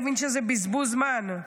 הוא הבין שזה בזבוז זמן.